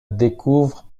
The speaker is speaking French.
découvre